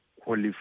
qualify